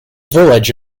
village